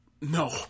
no